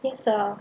that's uh